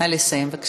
נא לסיים, בבקשה.